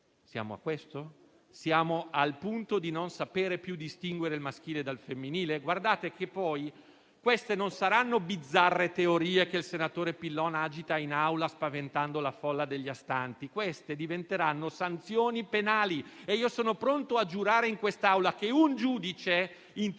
Siamo a questo? Siamo al punto di non sapere più distinguere il maschile dal femminile? Guardate che poi queste non saranno bizzarre teorie che il senatore Pillon agita in Aula, spaventando la folla degli astanti: diventeranno sanzioni penali e sono pronto a giurare in quest'Aula che un giudice in